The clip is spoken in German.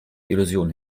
illusionen